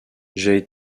j’ai